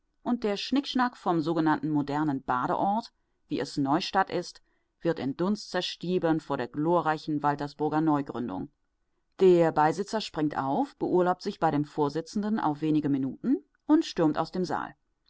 und der schnickschnack vom sogenannten modernen badeort wie es neustadt ist wird in dunst zerstieben vor der glorreichen waltersburger neugründung der beisitzer springt auf beurlaubt sich bei dem vorsitzenden auf wenige minuten und stürmt aus dem saal